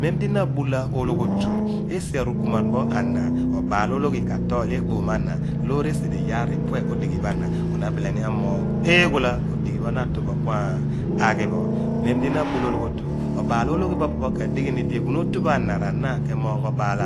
Mendi na abula ologhotu esi a rukumuan pho a na obaal-olokghi katool li ekpoom mo ana loor esi di iyaar ipue odighipho ana bu na abile ni amoogh eghoola odi ghi pho na atu bo kua ghi bo mem di na abula ologhotu obaal ologhi pho opo pho ka dighi ni iraar di eghuun otu pho ana rana kemoogh obaal